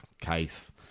case